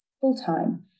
full-time